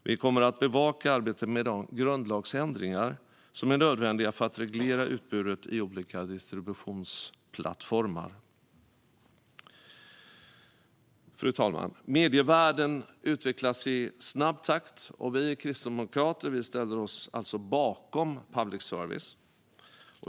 Vi kommer att bevaka arbetet med de grundlagsändringar som är nödvändiga för att reglera utbudet i olika distributionsplattformar. Fru talman! Medievärlden utvecklas i snabb takt. Vi kristdemokrater ställer oss bakom public service.